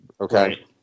okay